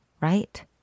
right